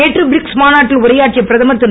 நேற்று பிரிக்ஸ் மாநாட்டில் உரையாற்றிய பிரதமர் திரு